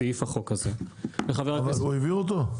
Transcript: הסעיף בחוק הזה -- הוא העביר אותו?